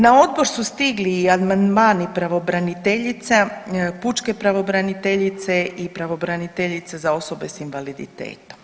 Na odbor su stigli i amandmani pravobraniteljica, pučke pravobraniteljice i pravobraniteljice za osobe sa invaliditetom.